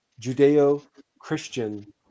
Judeo-Christian